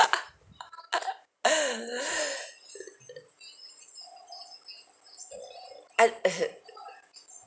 I